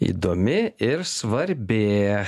įdomi ir svarbi